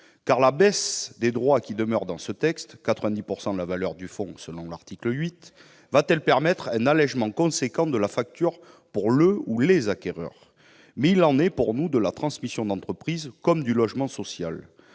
car la baisse des droits qui demeure dans ce texte- quelque 90 % de la valeur du fonds, selon l'article 8 -va-t-elle permettre un allégement important de la facture pour le ou les acquéreurs ? Il en va pour nous de la transmission d'entreprise comme du logement social